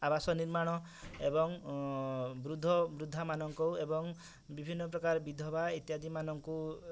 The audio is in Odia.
ଆବାସ ନିର୍ମାଣ ଏବଂ ବୃଦ୍ଧ ବୃଦ୍ଧାମାନଙ୍କୁ ଏବଂ ବିଭିନ୍ନ ପ୍ରକାର ବିଧବା ଇତ୍ୟାଦି ମାନଙ୍କୁ